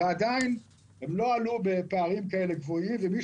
ועדיין הם לא עלו בפערים כאלה גבוהים ומי